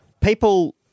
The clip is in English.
People